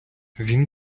він